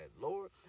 Lord